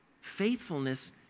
faithfulness